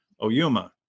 Oyuma